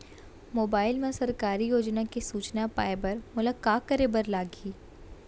mobile मा सरकारी योजना के सूचना पाए बर मोला का करे बर लागही